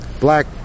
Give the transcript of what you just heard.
black